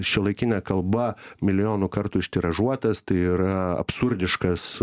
šiuolaikine kalba milijoną kartų ištiražuotas tai yra absurdiškas